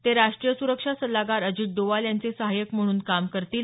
ते राष्ट्रीय सुरक्षा सल्लागार अजित डोवाल यांचे सहाय्यक म्हणून काम करतील